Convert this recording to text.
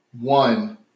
One